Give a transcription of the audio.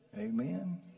Amen